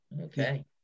Okay